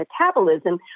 metabolism